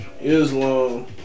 Islam